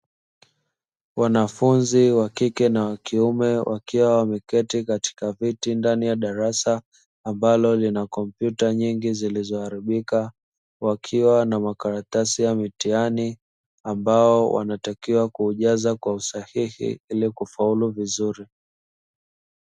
Wanafunzi wakike nawakiume, wakiwa wameketi katika viti ndani ya darasa ambalo lina kompyuta nyingi zilizo haribika, wakiwa na makaratasi ya mitihani ambao wanatakiwa kuujaza kwa usahihi ili kufaulu vizuri.